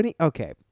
Okay